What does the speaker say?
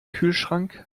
kühlschrank